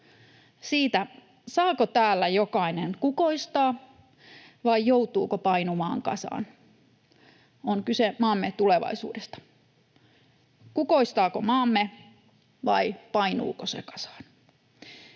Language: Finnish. siitä, saako täällä jokainen kukoistaa vai joutuuko painumaan kasaan. On kyse maamme tulevaisuudesta, siitä, kukoistaako maamme vai painuuko se kasaan.